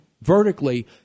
vertically